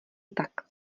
tak